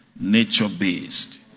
nature-based